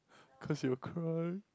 cause you'll cry